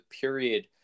period